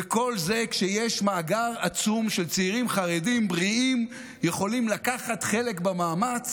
וכל זה כשיש מאגר עצום של צעירים חרדים בריאים שיכולים לקחת חלק במאמץ,